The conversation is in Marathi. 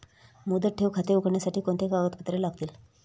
मुदत ठेव खाते उघडण्यासाठी कोणती कागदपत्रे लागतील?